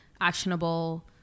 actionable